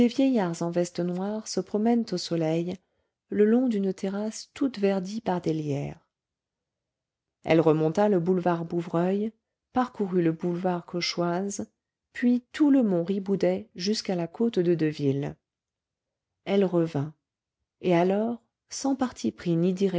vieillards en veste noire se promènent au soleil le long d'une terrasse toute verdie par des lierres elle remonta le boulevard bouvreuil parcourut le boulevard cauchoise puis tout le mont riboudet jusqu'à la côte de deville elle revint et alors sans parti pris